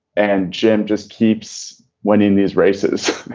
and jim just keeps winning these races.